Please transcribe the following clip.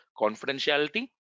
confidentiality